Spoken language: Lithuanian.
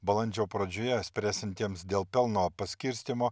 balandžio pradžioje spręsiantiems dėl pelno paskirstymo